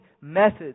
methods